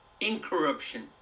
incorruption